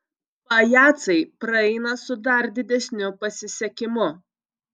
pajacai praeina su dar didesniu pasisekimu